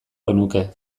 genuke